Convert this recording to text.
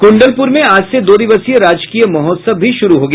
कुण्डलपुर में आज से दो दिवसीय राजकीय महोत्सव भी शुरू हो गया